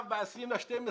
ב-20.12